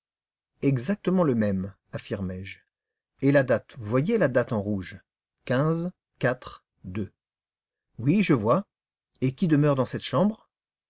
exactement le même affirmai je et la date vous voyez la date en rouge oui je vois et qui demeure dans cette chambre